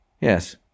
Yes